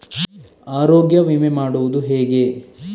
ಆರೋಗ್ಯ ವಿಮೆ ಮಾಡುವುದು ಹೇಗೆ?